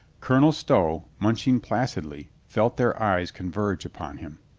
colonel stow, munch ing placidly, felt their eyes converge upon him.